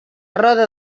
roda